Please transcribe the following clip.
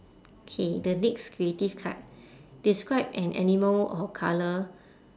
K the next creative card describe an animal or colour